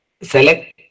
select